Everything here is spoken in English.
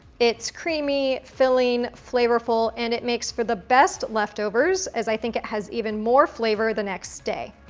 it's creamy, filling, flavorful, and it makes for the best leftovers, as i think it has even more flavor the next day.